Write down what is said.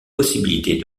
possibilités